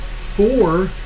four